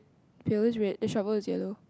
pale is red the shovel is yellow